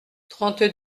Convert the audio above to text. trente